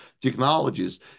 technologies